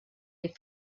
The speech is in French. les